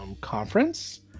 conference